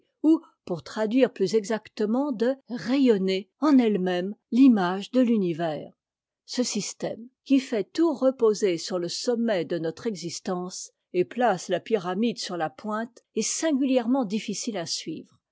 ou pour traduire plus exactement de rayonner en elle niéme l'image de l'univers ce système qui fait tout reposer sur le sommet de notre existence et place la pyramide sur la pointe est singulièrement difficile à suivre